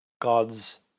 God's